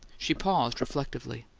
she paused reflectively.